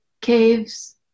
caves